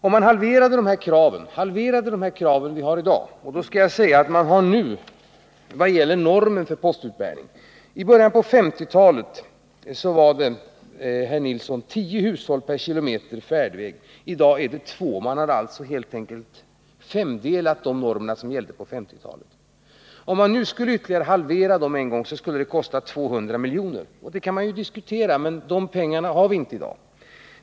Vi har vissa normer för postutbärning. I början på 1950-talet var det, herr Nilsson, tio hushåll per kilometer färdväg, och i dag är det två hushåll. De normer som gällde på 1950-talet är alltså nu femdelade. Om man skulle ytterligare halvera dem, skulle det kosta 200 milj.kr. Man kan naturligtvis diskutera saken, men de pengarna har vi inte i dag.